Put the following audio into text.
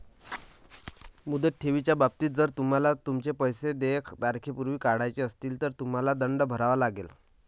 मुदत ठेवीच्या बाबतीत, जर तुम्हाला तुमचे पैसे देय तारखेपूर्वी काढायचे असतील, तर तुम्हाला दंड भरावा लागेल